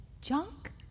junk